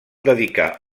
dedicar